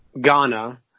Ghana